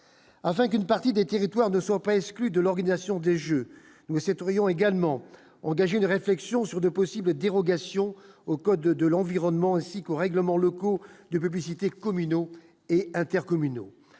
afin qu'une partie des territoires de soit presque lu de l'organisation des Jeux mais cette région également engager une réflexion sur de possibles dérogations au code de l'environnement, ainsi qu'aux règlements locaux de publicité communaux et intercommunaux